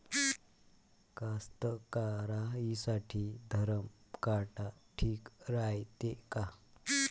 कास्तकाराइसाठी धरम काटा ठीक रायते का?